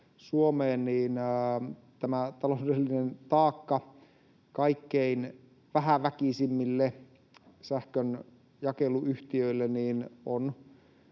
Suomeen, taloudellinen taakka kaikkein vähäväkisimmille sähkönjakeluyhtiöille on